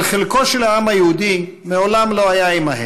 אבל חלקו של העם היהודי מעולם לא היה עימם.